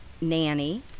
nanny